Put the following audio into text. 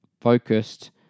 focused